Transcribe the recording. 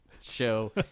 show